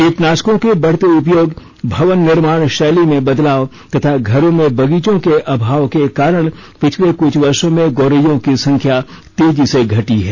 कीटनाशकों के बढ़ते उपयोग भवन निर्माण शैली में बदलाव तथा घरों में बगीचों के अभाव के कारण पिछले कुछ वर्षो में गोरैयों की संख्या तेजी से घटी है